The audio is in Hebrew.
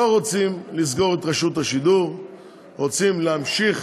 לא רוצים לסגור את רשות השידור ורוצים להמשיך